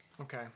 Okay